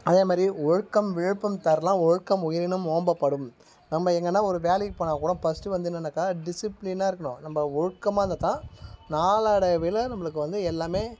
அதே மாதிரி ஒழுக்கம் விழுப்பம் தரலாம் ஒழுக்கம் உயிரினும் ஓம்பப்படும் நம்ம எங்கேனா வேலைக்கு போனாக் கூட பஸ்ட்டு வந்து என்னென்னாக்கா டிஸிப்ளினாக இருக்கணும் நம்ம ஒழுக்கமாக இருந்தால் தான் நாளடைவில் நம்மளுக்கு வந்து எல்லாமே